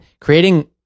creating